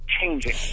changing